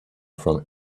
from